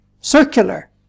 circular